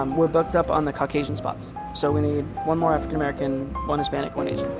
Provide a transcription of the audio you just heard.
um we're booked up on the caucasian spots, so we need one more african-american, one hispanic, one asian